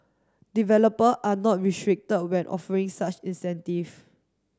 developer are not restricted when offering such incentive